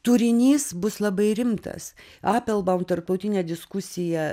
turinys bus labai rimtas aplbaum tarptautinė diskusija